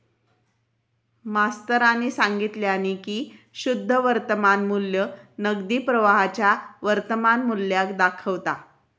मास्तरानी सांगितल्यानी की शुद्ध वर्तमान मू्ल्य नगदी प्रवाहाच्या वर्तमान मुल्याक दाखवता